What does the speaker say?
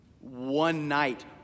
one-night